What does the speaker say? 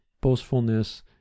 boastfulness